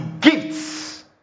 gifts